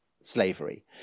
slavery